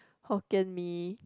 Hokkien-Mee